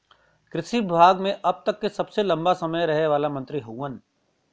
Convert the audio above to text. कृषि विभाग मे अब तक के सबसे लंबा समय रहे वाला मंत्री हउवन